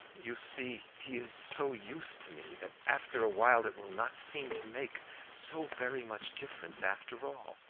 you see he is so used to me that after a while it will not seem to make so very much difference after all.